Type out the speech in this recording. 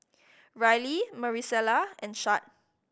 Rylee Maricela and Shad